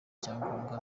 icyangombwa